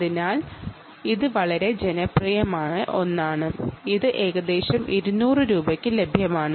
അതിനാൽ ഇത് വളരെ ജനപ്രിയമായ ഒന്നാണ് ഇത് ഏകദേശം 200 രൂപയ്ക്ക് ലഭ്യമാണ്